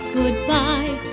goodbye